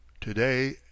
to-day